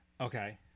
Okay